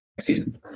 season